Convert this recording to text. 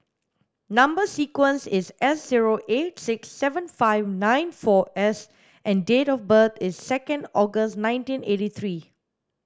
number sequence is S zero eight six seven five nine four S and date of birth is second August nineteen eighty three